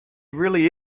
really